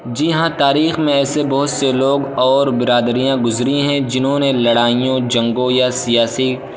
جی ہاں تاریخ میں ایسے بہت سے لوگ اور برادریاں گزری ہیں جنہوں نے لڑائیوں جنگوں یا سیاسی